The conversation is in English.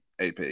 AP